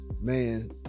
man